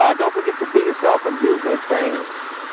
ah don't forget to be yourself and do good things,